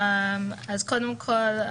קודם כול,